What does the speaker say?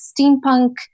steampunk